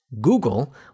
Google